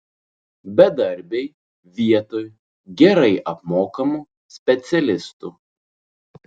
bedarbiai vietoj gerai apmokamų specialistų